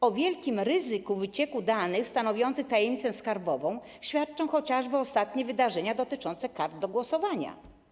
O wielkim ryzyku wycieku danych stanowiących tajemnicę skarbową świadczą chociażby ostatnie wydarzenia dotyczące kart do głosowania.